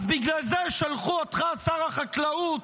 אז בגלל זה שלחו אותך, שר החקלאות,